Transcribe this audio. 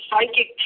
psychic